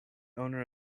owner